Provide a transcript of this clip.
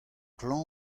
klañv